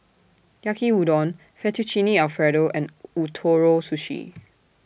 Yaki Udon Fettuccine Alfredo and Ootoro Sushi